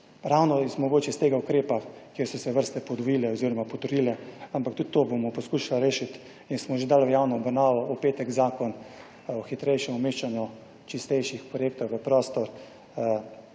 ravno iz mogoče iz tega ukrepa, kjer so se vrste podvojile oziroma potrdile, ampak tudi to bomo poskušali rešiti in smo že dali v javno obravnavo v petek zakon o hitrejšem umeščanju čistejših projektov v prostor,